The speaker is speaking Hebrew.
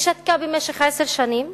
היא שתקה במשך עשר שנים,